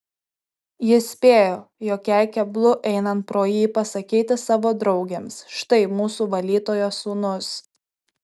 jis spėjo jog jai keblu einant pro jį pasakyti savo draugėms štai mūsų valytojos sūnus